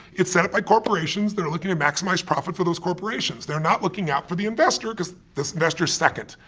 it's set up by corporations that are looking to maximize profit for those corporations. they're not looking out for the investor because this investor is second.